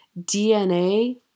DNA